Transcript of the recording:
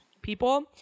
people